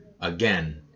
again